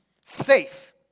safe